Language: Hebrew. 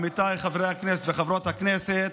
עמיתיי חברי הכנסת וחברות הכנסת,